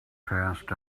passed